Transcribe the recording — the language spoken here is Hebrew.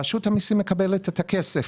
אגב, רשות המיסים מקבלת את הכסף.